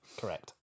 Correct